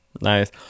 Nice